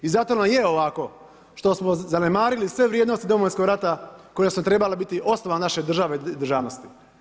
I zato nam je ovako što smo zanemarili sve vrijednosti Domovinskog rata koja su trebala biti osnova naše države, državnosti.